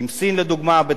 עם סין לדוגמה,